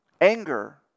Anger